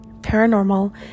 paranormal